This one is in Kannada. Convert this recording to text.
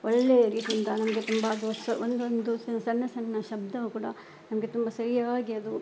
ಒಳ್ಳೆ ರೀತಿಯಿಂದ ನಮಗೆ ತುಂಬ ದೋಸು ಒಂದೊಂದು ಸಣ್ಣ ಸಣ್ಣ ಶಬ್ದವೂ ಕೂಡ ನಮಗೆ ತುಂಬ ಸರಿಯಾಗಿ ಅದು